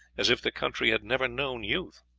as if the country had never known youth.